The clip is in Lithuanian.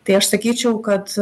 tai aš sakyčiau kad